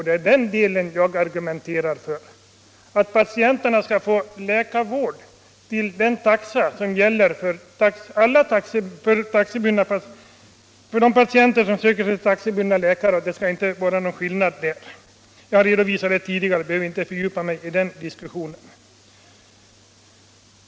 Det är det jag argumenterar för: att det inte skall vara någon kostnadsskillnad för de olika patienter som söker läkarvård. Jag har redovisat det tidigare och behöver inte fördjupa mig i den diskussionen.